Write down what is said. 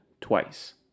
twice